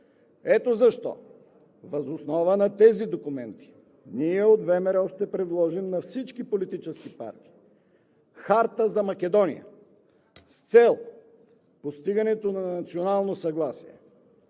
Ето защо въз основа на тези документи ние от ВМРО ще предложим на всички политически партии Харта за Македония с цел постигането на национално съгласие.